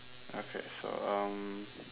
okay so um